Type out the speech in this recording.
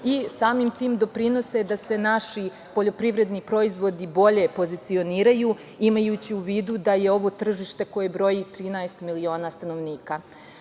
i samim tim doprinose da se naši poljoprivredni proizvodi bolje pozicioniraju imajući u vidu da je ovo tržište koje broji 13 miliona stanovnika.